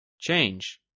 Change